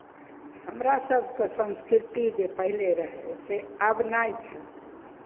हमरा सभके संस्कृति जे पहिले रहय से आब नहि छै